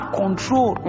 control